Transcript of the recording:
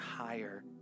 higher